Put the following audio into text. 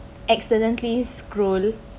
accidentally scroll